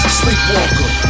sleepwalker